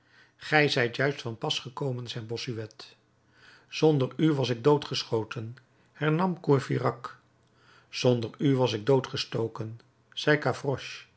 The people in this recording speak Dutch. gij zijt juist van pas gekomen zei bossuet zonder u was ik doodgeschoten hernam courfeyrac zonder u was ik doodgestoken